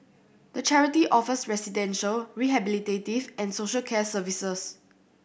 the charity offers residential rehabilitative and social care services